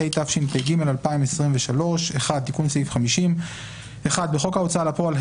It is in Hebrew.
"התשפ"ג 2023 תיקון סעיף 50 (1) בחוק ההוצאה לפועל,